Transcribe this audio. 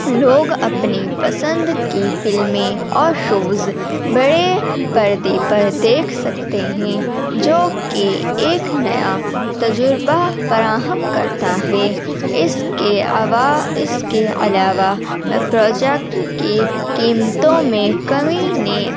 لوگ اپنی پسند کی فلمیں اور شوز بڑے پردے پر دیکھ سکتے ہیں جو کہ ایک نیا تجربہ فراہم کرتا ہے اس کے عوا اس کے علاوہ پروجیکٹ کی قیمتوں میں کمی نے